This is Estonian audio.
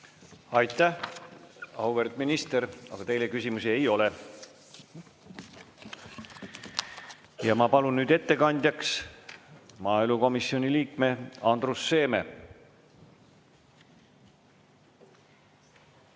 Aitäh, auväärt minister! Teile küsimusi ei ole. Ja ma palun nüüd ettekandjaks maaelukomisjoni liikme Andrus Seeme.